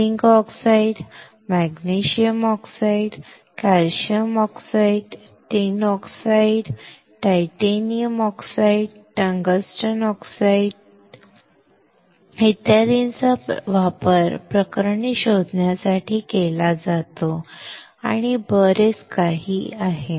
zinc oxide magnesium oxide calcium oxide tin oxide titanium dioxide tungsten oxide tin oxide इत्यादींचा वापर प्रकरणे शोधण्यासाठी केला जातो आणि बरेच काही आणि बरेच काही ठीक आहे